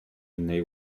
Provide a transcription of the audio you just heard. innej